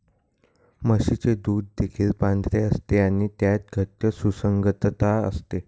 म्हशीचे दूध देखील पांढरे असते आणि त्यात घट्ट सुसंगतता असते